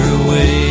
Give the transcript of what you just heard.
away